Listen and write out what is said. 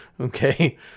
okay